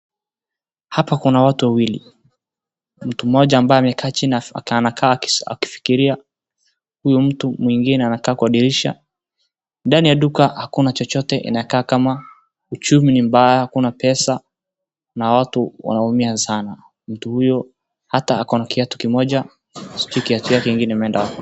Hapa kuna watu wawili. Mtu mmoja ambaye amekaa chini anakaa akifikiria. Huyu mtu mwingine anakaa kwa dirisha. Ndani ya duka hakuna chochote, inakaa kama uchumi ni mbaya, hakuna pesa na watu wanaumia sana. Mtu huyo hata akona kiatu kimoja, sijui kiatu yake ingine imeenda wapi.